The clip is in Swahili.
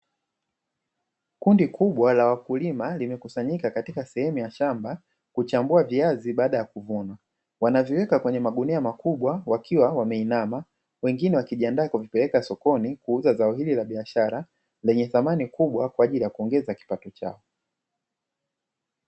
Kundi kubwa la wakulima, limekusanyika katika sehemu ya shamba kuchambua viazi baada ya kuvuna. Wanaviweka kwenye magunia makubwa, wakiwa wameinama, wengine wakijiandaa kwa kuvipeleka sokoni kuuza zao hili la biashara lenye thamani kubwa kwa ajili ya kuongeza kipato chao.